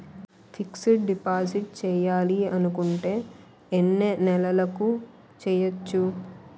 Fixed deposit చేయాలి అనుకుంటే ఎన్నే నెలలకు చేయొచ్చు?